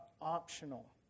optional